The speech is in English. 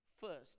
First